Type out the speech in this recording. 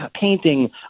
painting